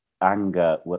anger